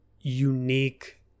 unique